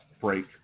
break